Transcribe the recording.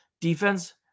Defense